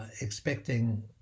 expecting